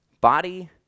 body